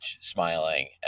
smiling